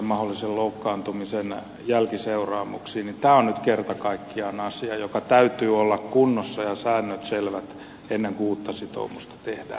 tämä on nyt kerta kaikkiaan asia jonka täytyy olla kunnossa ja säännöt selvät ennen kuin uutta sitoumusta tehdään